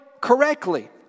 correctly